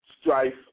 strife